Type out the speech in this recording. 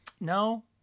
no